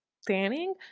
standing